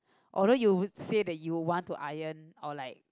although you say that you want to iron or like